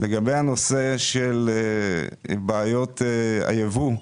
לגבי הנושא של בעיות היבוא.